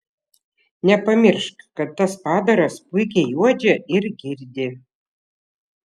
nepamiršk kad tas padaras puikiai uodžia ir girdi